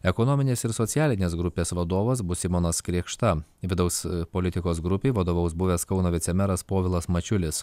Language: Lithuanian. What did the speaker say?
ekonominės ir socialinės grupės vadovas bus simonas krėkšta vidaus politikos grupei vadovaus buvęs kauno vicemeras povilas mačiulis